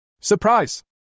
Surprise